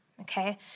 okay